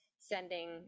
sending